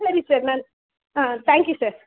ಸರಿ ಸರ್ ನನ್ನ ಹಾಂ ತ್ಯಾಂಕ್ ಯು ಸರ್